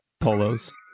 polos